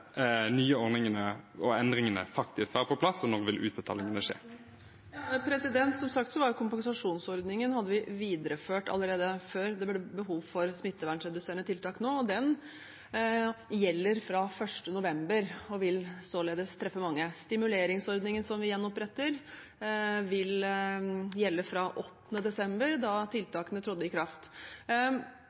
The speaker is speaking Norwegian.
nye ordningene og endringene faktisk være på plass, og når vil utbetalingene skje? Som sagt hadde vi videreført kompensasjonsordningen allerede før det ble behov for smittevernreduserende tiltak nå. Den gjelder fra 1. november og vil således treffe mange. Stimuleringsordningen som vi gjenoppretter, vil gjelde fra 8. desember, da tiltakene trådte i kraft.